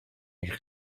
eich